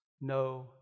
no